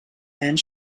and